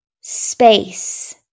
Space